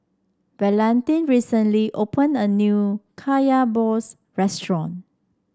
Valentin recently opened a new Kaya Balls restaurant